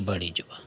ᱵᱟᱹᱲᱤᱡᱚᱜᱼᱟ